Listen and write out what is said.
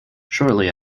shortly